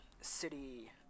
city